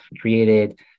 created